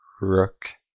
Rook